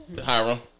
Hiram